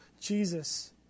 Jesus